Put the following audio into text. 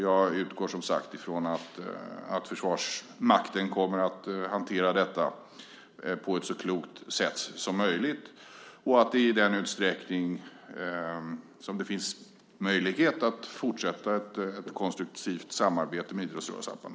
Jag utgår från att Försvarsmakten kommer att hantera detta på ett sätt som är så klokt som möjligt och att man tar fasta på de möjligheter som finns att fortsätta ett konstruktivt samarbete med idrottsrörelsen.